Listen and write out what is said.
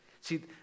see